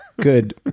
Good